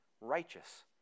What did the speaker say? righteous